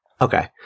Okay